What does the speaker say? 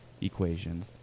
equation